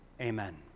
Amen